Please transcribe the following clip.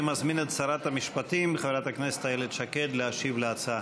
אני מזמין את שרת המשפטים חברת הכנסת איילת שקד להשיב על ההצעה.